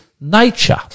nature